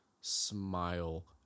smile